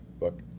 look